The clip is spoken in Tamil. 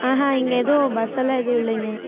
ஆஹும் இங்கே எதுவும் பஸ்ஸெல்லாம் எதுவும் இல்லைங்க